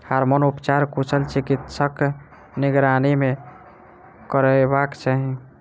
hormone उपचार कुशल चिकित्सकक निगरानी मे करयबाक चाही